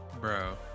Bro